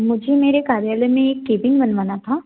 मुझे मेरे कार्यालय में एक केबिन बनवाना था